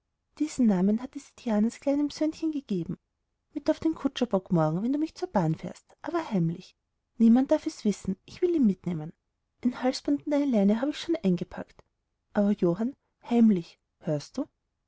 diesen namen hatte sie dianas kleinem söhnchen gegeben mit auf den kutscherbock morgen wenn du mich zur bahn fährst aber heimlich niemand darf es wissen ich will ihn mitnehmen ein halsband und eine leine habe ich schon eingepackt aber johann heimlich hörst du